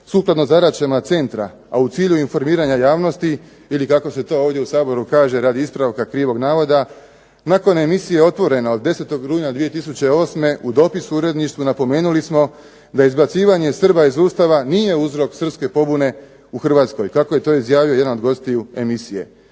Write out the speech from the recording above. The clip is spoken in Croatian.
sukladno zadaćama centra, a u cilju informiranja javnosti ili kako se to ovdje u Saboru kaže radi ispravka krivog navoda, nakon emisije "Otvoreno" 10. rujna 2008. u dopisu uredništvu napomenuli smo da je izbacivanje Srba iz Ustava nije uzrok srpske pobune u Hrvatskoj, kako je to izjavio jedan od gostiju emisije.